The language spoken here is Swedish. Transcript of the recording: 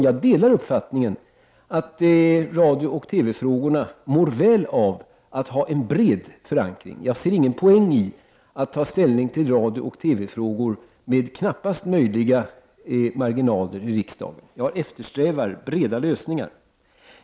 Jag delar uppfattningen att radiooch TV-frågorna mår väl av att ha en bred förankring. Jag ser ingen poäng i att ta ställning till radiooch TV-frågor med knappaste möjliga marginaler i riksdagen. Jag eftersträvar breda lösningar.